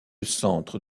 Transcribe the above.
centre